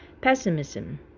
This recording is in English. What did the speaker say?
pessimism